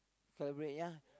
February ya